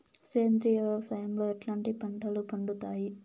సేంద్రియ వ్యవసాయం లో ఎట్లాంటి పంటలు పండుతాయి